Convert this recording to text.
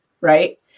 right